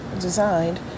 designed